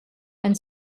and